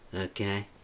okay